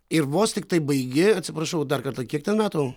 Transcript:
ir vos tiktai baigi atsiprašau dar kartą kiek ten metų